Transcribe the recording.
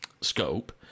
scope